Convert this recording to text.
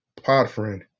Podfriend